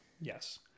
Yes